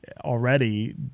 Already